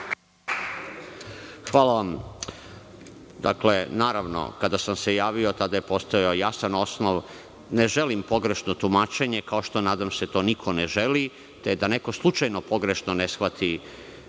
Hvala vam. Kada sam se javio, tada je postojao jasan osnov. Ne želim pogrešno tumačenje, kao što nadam se to niko ne želi, te da neko slučajno pogrešno ne shvati